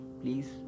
Please